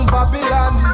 Babylon